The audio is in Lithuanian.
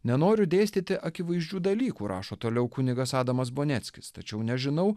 nenoriu dėstyti akivaizdžių dalykų rašo toliau kunigas adamas bonieckis tačiau nežinau